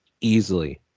easily